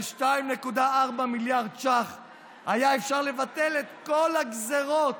ב-2.4 מיליארד שקלים היה אפשר לבטל את כל הגזרות